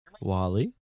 Wally